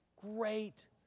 great